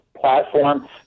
platform